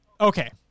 Okay